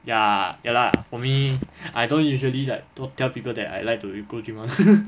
ya ya lah for me I don't usually like to tell people that I like to go gym [one]